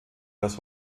das